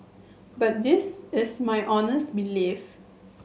but this is my honest belief